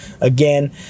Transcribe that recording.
Again